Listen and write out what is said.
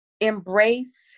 embrace